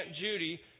Judy